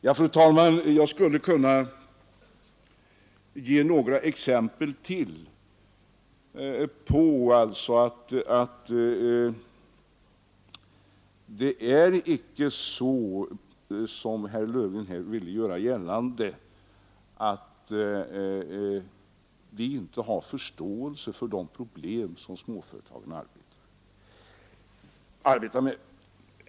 Jag skulle, fru talman, kunna ge några exempel till på att det icke är så som herr Löfgren ville göra gällande, att vi inte har förståelse för de problem som småföretagen arbetar med.